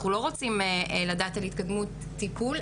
אנחנו לא רוצים לדעת על התקדמות טיפול,